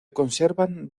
conservan